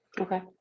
Okay